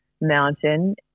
mountain